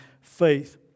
faith